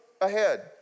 ahead